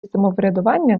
самоврядування